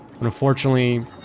Unfortunately